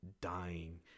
dying